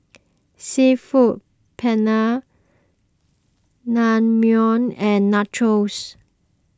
Seafood Paella Naengmyeon and Nachos